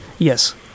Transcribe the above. Yes